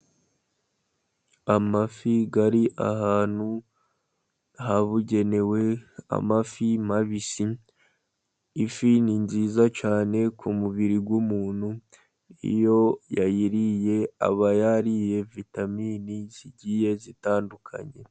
Amafi ari ahantu habugenewe, amafi mabisi, ifi ni nziza cyane ku mubiri w'umuntu, iyo yayiriye aba yariye vitamini zigiye zitandukanye.